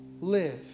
live